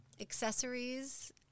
accessories